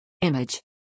Image